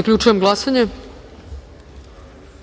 Zaključujem glasanje: